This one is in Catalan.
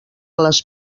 les